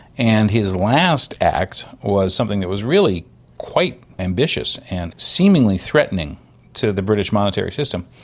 and his last act was something that was really quite ambitious and seemingly threatening to the british monetary system,